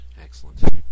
Excellent